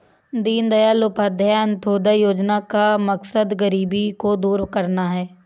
दीनदयाल उपाध्याय अंत्योदय योजना का मकसद गरीबी को दूर करना है